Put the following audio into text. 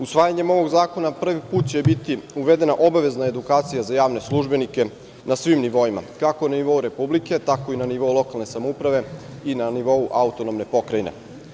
Usvajanjem ovog zakona, prvi put će biti uvedena obavezna edukacija za javne službenike na svim nivoima, kako na nivou Republike, tako i na nivou lokalne samouprave i na nivou Autonomne Pokrajine.